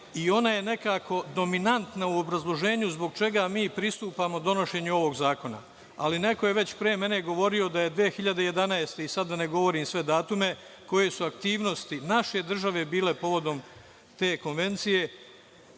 i ona je nekako dominantna u obrazloženju zbog čega mi pristupamo donošenju ovog zakona. Ali, neko je već pre mene govorio da je 2011. godine, i sad da ne govorim sve datume, koje su aktivnosti naše države bile povodom te konvencije,